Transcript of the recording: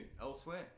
elsewhere